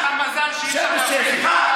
אתם כמו עדר נוהרים אחריו בלי לחשוב פעמיים.